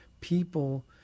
people